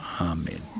amen